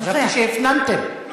חשבתי שהפנמתם.